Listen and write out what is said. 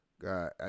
God